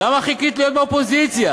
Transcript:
למה חיכית להיות באופוזיציה?